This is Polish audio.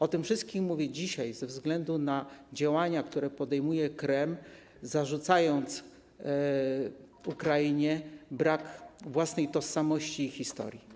O tym wszystkim mówię dzisiaj ze względu na działania, które podejmuje Kreml, zarzucając Ukrainie brak własnej tożsamości i historii.